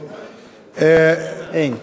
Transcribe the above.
אין.